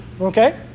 Okay